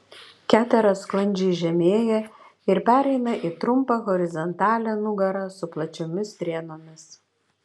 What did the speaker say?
ketera sklandžiai žemėja ir pereina į trumpą horizontalią nugarą su plačiomis strėnomis